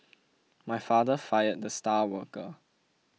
my father fired the star worker